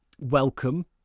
welcome